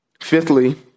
Fifthly